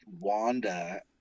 wanda